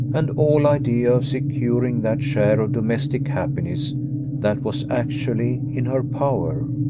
and all idea of securing that share of domestic happiness that was actually in her power.